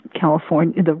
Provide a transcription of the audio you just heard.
California